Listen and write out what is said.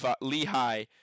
Lehigh